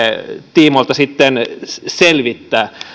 tiimoilta selvittää